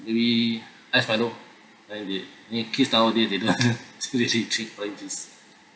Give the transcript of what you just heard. maybe ice milo uh the kids nowadays they don't actually drink orange juice